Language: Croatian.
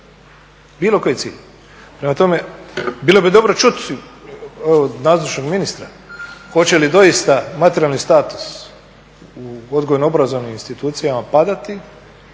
bilo bi dobro čuti od nazočnog ministra hoće li doista materijalni status u odgojno-obrazovnim institucijama padati,